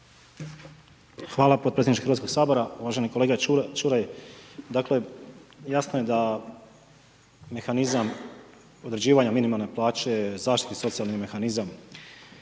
Hvala potpredsjedniče Hrvatskoga sabora. Uvaženi kolega Čuraj, dakle jasno je da mehanizam određivanja minimalne plaće je zaštitni socijalnih mehanizam.